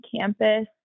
campus